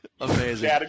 Amazing